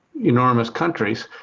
enormous countries,